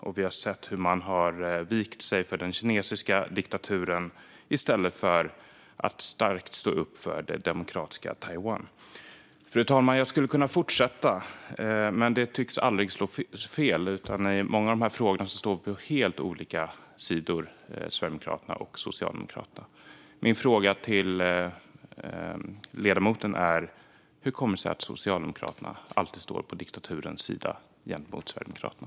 Och vi har sett hur man har vikt sig för den kinesiska diktaturen i stället för att starkt stå upp för det demokratiska Taiwan. Fru talman! Jag skulle kunna fortsätta, men det tycks aldrig slå fel. I många av dessa frågor står vi på helt olika sidor - Sverigedemokraterna och Socialdemokraterna. Min fråga till ledamoten är: Hur kommer det sig att Socialdemokraterna alltid står på diktaturens sida gentemot Sverigedemokraterna?